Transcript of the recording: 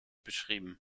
beschrieben